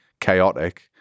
chaotic